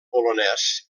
polonès